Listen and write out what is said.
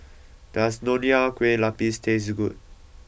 does Nonya Kueh Lapis taste good